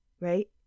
right